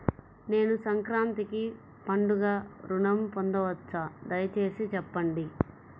నేను సంక్రాంతికి పండుగ ఋణం పొందవచ్చా? దయచేసి చెప్పండి?